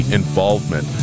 involvement